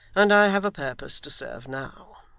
and i have a purpose to serve now.